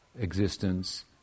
existence